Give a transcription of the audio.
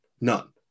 none